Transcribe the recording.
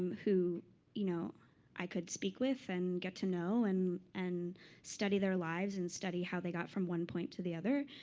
who you know i could speak with and get to know and and study their lives and study how they got from one point to the other.